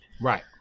Right